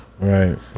Right